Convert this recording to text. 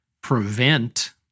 prevent—